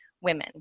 women